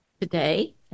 today